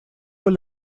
con